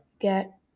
get